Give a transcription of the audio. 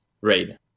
Raid